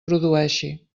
produeixi